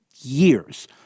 years